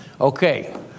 Okay